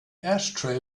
ashtray